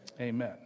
Amen